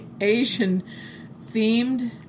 Asian-themed